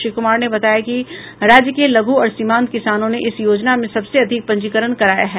श्री कुमार ने बताया कि राज्य के लघु और सीमांत किसानों ने इस योजना में सबसे अधिक पंजीकरण कराया है